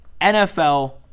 NFL –